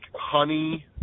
honey